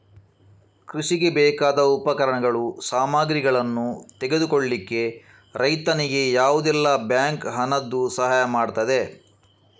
ಕೃಷಿಗೆ ಬೇಕಾದ ಉಪಕರಣಗಳು, ಸಾಮಗ್ರಿಗಳನ್ನು ತೆಗೆದುಕೊಳ್ಳಿಕ್ಕೆ ರೈತನಿಗೆ ಯಾವುದೆಲ್ಲ ಬ್ಯಾಂಕ್ ಹಣದ್ದು ಸಹಾಯ ಮಾಡ್ತದೆ?